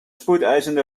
spoedeisende